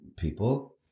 people